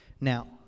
Now